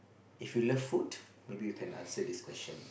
if you love food maybe you can answer this question